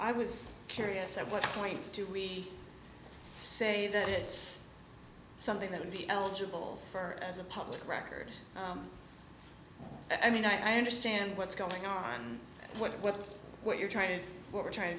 i was curious at what point do we say that it's something that would be eligible for the public record i mean i understand what's going on what what what you're trying to what we're trying to